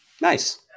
Nice